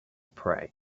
pray